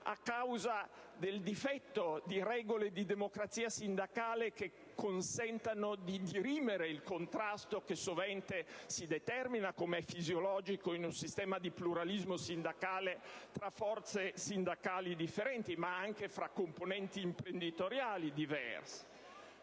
a causa del difetto di regole di democrazia sindacale che consentano di dirimere il contrasto che sovente si determina, com'è fisiologico in un sistema di pluralismo sindacale, tra sindacati diversi ma anche fra gruppi imprenditoriali diversi.